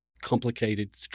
complicated